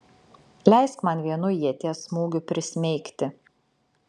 leisk man vienu ieties smūgiu prismeigti